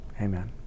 amen